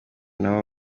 nabo